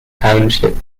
township